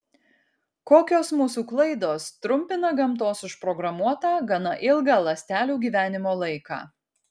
kokios mūsų klaidos trumpina gamtos užprogramuotą gana ilgą ląstelių gyvenimo laiką